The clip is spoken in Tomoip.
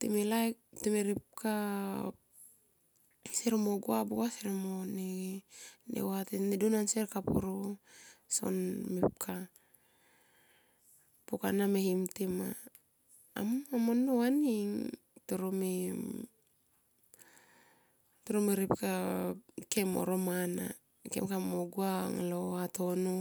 Time ripka sier mo gua buk sier mone vatenedun ansier kapuru so mepka. Pukana me him tima. Amma mo nnou aning toro me toro me ripka kemo ro mana kem kamo gua aunga lo vatono.